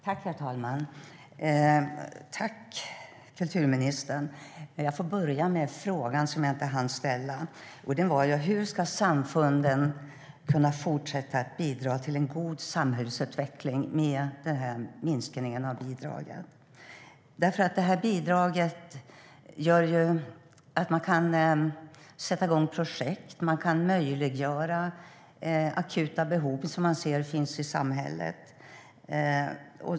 Herr talman! Tack, kulturministern! Jag får börja med den fråga som jag inte hann ställa tidigare: Hur ska samfunden kunna fortsätta att bidra till en god samhällsutveckling med denna minskning av bidraget? Detta bidrag gör att man kan sätta igång projekt och tillgodose akuta behov som man ser finns i samhället.